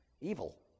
evil